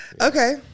Okay